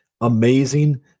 amazing